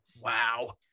Wow